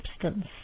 substance